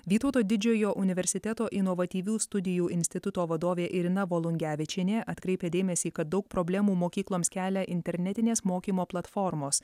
vytauto didžiojo universiteto inovatyvių studijų instituto vadovė irina volungevičienė atkreipia dėmesį kad daug problemų mokykloms kelia internetinės mokymo platformos